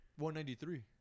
193